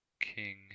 King